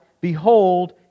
behold